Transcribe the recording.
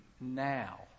now